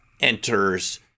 enters